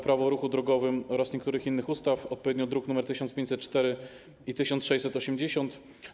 Prawo o ruchu drogowym oraz niektórych innych ustaw, odpowiednio druki nr 1504 i 1680.